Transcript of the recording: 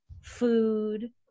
food